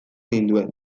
ninduen